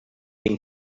been